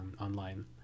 online